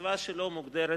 הקצבה שלהם מוגדרת